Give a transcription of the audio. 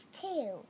two